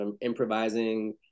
improvising